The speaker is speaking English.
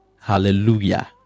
Hallelujah